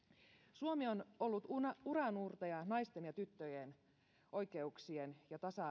suomi on ollut uranuurtaja naisten ja tyttöjen oikeuksien ja tasa